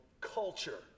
culture